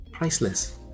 priceless